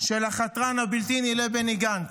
של החתרן הבלתי-נלאה בני גנץ,